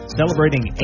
celebrating